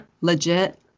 legit